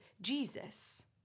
Jesus